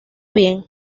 bien